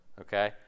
Okay